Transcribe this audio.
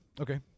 Okay